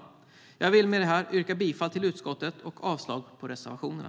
Jag vill med detta yrka bifall till utskottets förslag och avslag på reservationerna.